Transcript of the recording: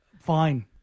Fine